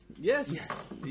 Yes